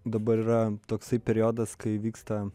dabar yra toksai periodas kai vyksta